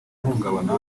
ihungabana